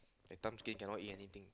that time skin cannot eat anything